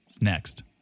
next